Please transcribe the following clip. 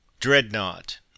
Dreadnought